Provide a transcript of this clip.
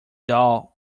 doll